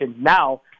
now